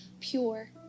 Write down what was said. pure